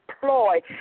ploy